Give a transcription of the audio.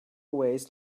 ways